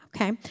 Okay